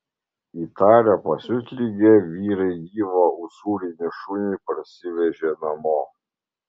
įtarę pasiutligę vyrai gyvą usūrinį šunį parsivežė namo